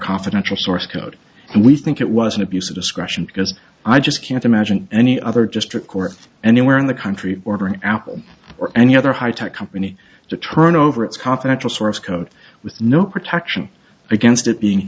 confidential source code and we think it was an abuse of the gushing because i just can't imagine any other just record anywhere in the country ordering apple or any other high tech company to turn over its confidential source code with no protection against it being